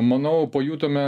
manau pajutome